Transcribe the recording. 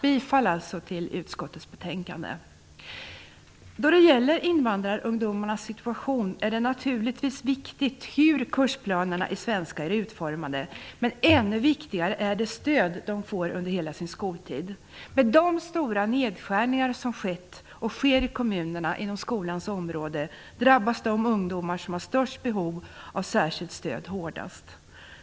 Bifall alltså till utskottets hemställan på denna punkt. Då det gäller invandrarungdomars situation är det naturligtvis viktigt hur kursplanerna i svenska är utformade, men ännu viktigare är det stöd de får under hela sin skoltid. Med de stora nedskärningar som har skett och sker i kommunerna inom skolans område drabbas de ungdomar som har störst behov av särskilt stöd hårdast.